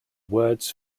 words